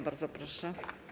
Bardzo proszę.